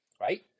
right